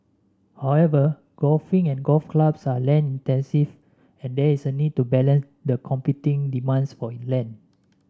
however golfing and golf clubs are land intensive and there is a need to balance the competing demands for land